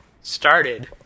started